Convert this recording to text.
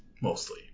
mostly